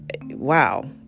wow